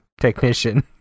technician